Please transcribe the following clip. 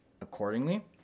accordingly